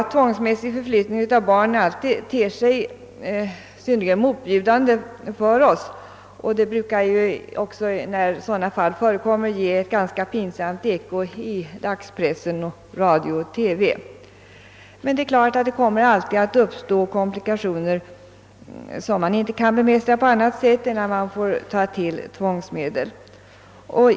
Tvångsmässig förflyttning av barn ter sig alltid synnerligen motbjudande för oss, och när sådana fall förekommer brukar de också ge ganska pinsamt eko i dagspressen samt i radio och TV. Men komplikationer kommer alltid att uppstå som man inte kan bedöma på annat sätt än så att man måste ta till tvångsmedel.